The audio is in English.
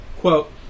Quote